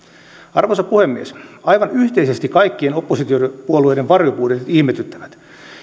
arvoisa puhemies aivan yhteisesti kaikkien oppositiopuolueiden varjobudjetit ihmetyttävät